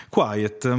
Quiet